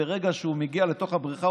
ברגע שהוא מגיע לתוך הבריכה,